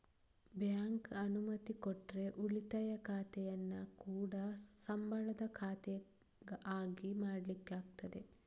bank ಅನುಮತಿ ಕೊಟ್ರೆ ಉಳಿತಾಯ ಖಾತೆಯನ್ನ ಕೂಡಾ ಸಂಬಳದ ಖಾತೆ ಆಗಿ ಮಾಡ್ಲಿಕ್ಕೆ ಆಗ್ತದೆ